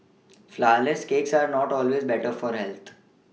flourless cakes are not always better for health